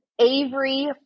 Avery